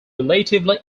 relatively